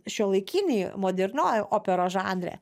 šiuolaikinį modernioji operos žanre